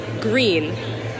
green